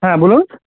হ্যাঁ বলুন